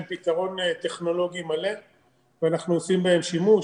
פתרון טכנולוגי מלא ואנחנו עושים בהם שימוש.